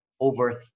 over